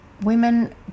women